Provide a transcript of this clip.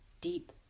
deep